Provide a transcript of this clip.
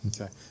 Okay